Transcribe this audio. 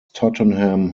tottenham